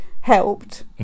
helped